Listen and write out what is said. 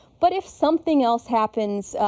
but if something else happens,